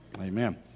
Amen